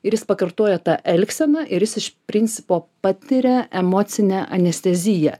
ir jis pakartoja tą elgseną ir jis iš principo patiria emocinę anesteziją